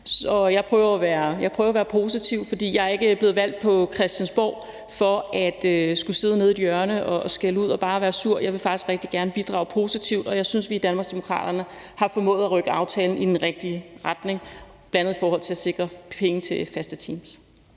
Jeg prøver at være positiv, for jeg er ikke blevet valgt til Christiansborg for at skulle sidde nede i et hjørne og skælde ud og bare være sur. Jeg vil faktisk rigtig gerne bidrage positivt, og jeg synes, at vi i Danmarksdemokraterne har formået at rykke aftalen i den rigtige retning, bl.a. i forhold til at sikre penge til faste teams.